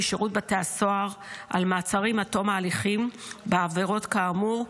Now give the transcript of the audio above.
משירות בתי הסוהר על מעצרים עד תום ההליכים בעבירות כאמור,